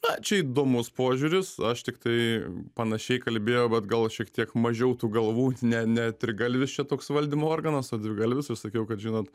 na čia įdomus požiūris aš tiktai panašiai kalbėjo bet gal šiek tiek mažiau tų galvų ne ne trigalvis čia toks valdymo organas o dvigalvis aš sakiau kad žinot